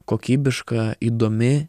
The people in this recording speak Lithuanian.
kokybiška įdomi